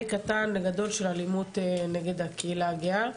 מקטן לגדול של אלימות נגד הקהילה הגאה.